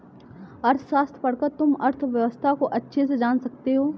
अर्थशास्त्र पढ़कर तुम अर्थव्यवस्था को अच्छे से जान सकते हो